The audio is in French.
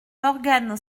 l’organe